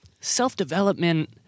self-development